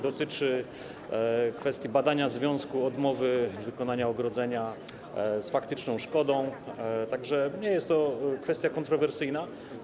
Dotyczy kwestii badania związku odmowy wykonania ogrodzenia z faktyczną szkodą, tak że nie jest to kwestia kontrowersyjna.